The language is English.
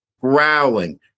growling